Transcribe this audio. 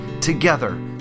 together